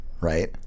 right